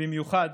במיוחד